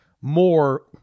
more